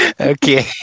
Okay